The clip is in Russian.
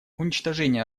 уничтожение